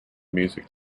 music